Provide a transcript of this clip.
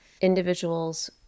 individuals